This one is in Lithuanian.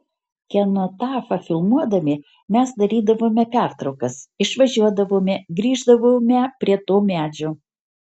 kenotafą filmuodami mes darydavome pertraukas išvažiuodavome grįždavome prie to medžio